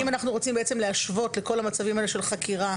אם אנחנו רוצים להשוות לכל המצבים האלה של חקירה,